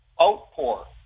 outpour